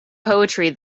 poetry